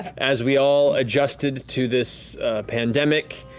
as we all adjusted to this pandemic.